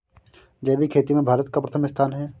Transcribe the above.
जैविक खेती में भारत का प्रथम स्थान है